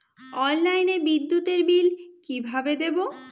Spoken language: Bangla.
অনলাইনে বিদ্যুতের বিল কিভাবে দেব?